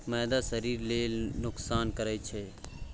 मैदा शरीर लेल नोकसान करइ छै